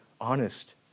honest